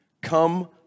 Come